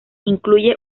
incluye